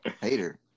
Hater